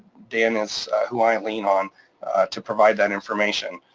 dan is who i and lean on to provide that information.